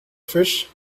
fish